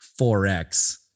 4x